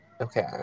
Okay